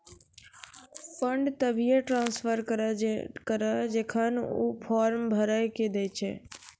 fund तभिये transfer करऽ जेखन ऊ फॉर्म भरऽ के दै छै